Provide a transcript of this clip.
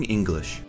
English